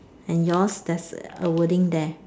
and yours there's a wording there